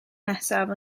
nesaf